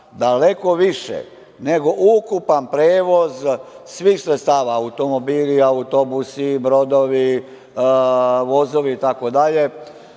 daleko više nego ukupna prevozna sredstava, automobili, autobusi, brodovi, vozovi itd,